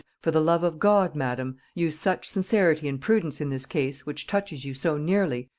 for the love of god, madam, use such sincerity and prudence in this case, which touches you so nearly,